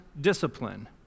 discipline